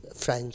French